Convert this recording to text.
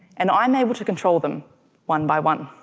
and i'm able to control them one by one.